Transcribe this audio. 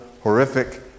horrific